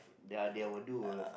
they are they will do a